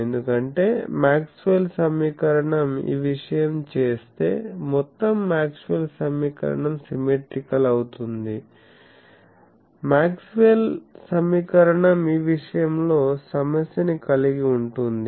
ఎందుకంటే మాక్స్వెల్ సమీకరణం ఈ విషయం చేస్తే మొత్తం మాక్స్వెల్ సమీకరణం సిమెట్రీకల్ అవుతుంది మాక్స్వెల్ సమీకరణం ఈ విషయంలో సమస్య ని కలిగి ఉంటుంది